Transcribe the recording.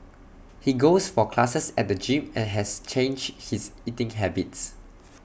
he goes for classes at the gym and has changed his eating habits